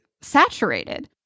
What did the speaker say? saturated